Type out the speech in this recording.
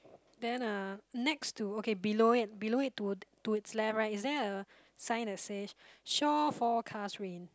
then uh next to okay below it below it to to its left right is there a sign that says shore forecast rain